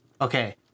Okay